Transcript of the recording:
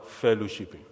fellowshipping